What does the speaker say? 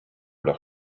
leurs